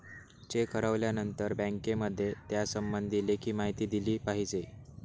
check हरवल्यानंतर बँकेमध्ये त्यासंबंधी लेखी माहिती दिली पाहिजे